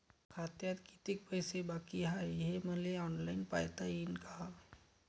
खात्यात कितीक पैसे बाकी हाय हे मले ऑनलाईन पायता येईन का?